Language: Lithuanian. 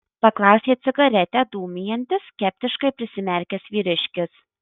paklausė cigaretę dūmijantis skeptiškai prisimerkęs vyriškis